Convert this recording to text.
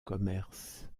commerce